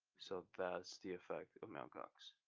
so that's the effect of mount gox.